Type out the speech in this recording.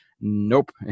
Nope